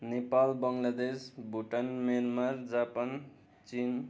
Nepal Bangladesh Bhutan Myanmar Japan Chin